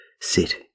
sit